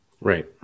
right